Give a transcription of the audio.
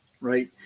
right